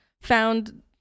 found